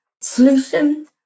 solution